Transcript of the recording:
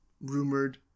Rumored